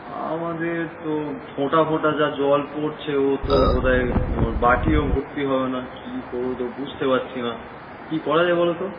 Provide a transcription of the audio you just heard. আমাদের তো ফোঁটা ফোঁটা যা জল পড়ছে ও তো বোধ হয় তোমার বাটিও ভর্তি হবে না কী করবো তো বুঝতে পারছি না কী করা যায় বলো তো